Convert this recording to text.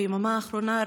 ביממה האחרונה,